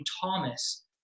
Thomas